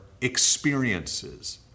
experiences